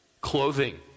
Clothing